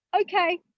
okay